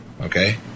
Okay